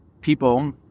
people